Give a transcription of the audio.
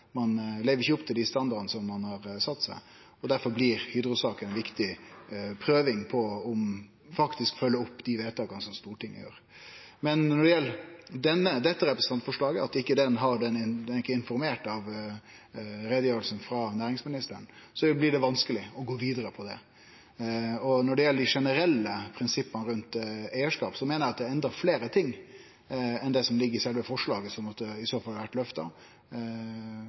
ein ikkje lever opp til dei standardane ein har sett. Difor blir Hydro-saka ei viktig prøving på om ein faktisk følgjer opp dei vedtaka som Stortinget gjer. Når det gjeld dette representantforslaget, er ikkje informasjonen frå utgreiinga til næringsministeren med, og det blir vanskeleg å gå vidare på det. Når det gjeld dei generelle prinsippa rundt eigarskap, meiner eg det er meir enn det som ligg i sjølve forslaget som i så fall må bli løfta, bl.a. menneskerettar, som er